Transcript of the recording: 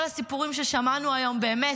כל הסיפורים ששמענו היום, באמת,